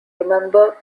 remember